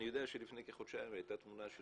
אני יודע שלפני כחודשיים הייתה תמונה של